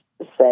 say